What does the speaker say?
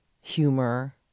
humor